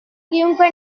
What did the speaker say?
chiunque